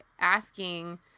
asking